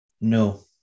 No